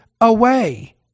away